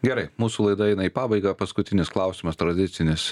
gerai mūsų laida eina į pabaigą paskutinis klausimas tradicinis